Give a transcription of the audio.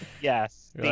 Yes